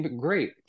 great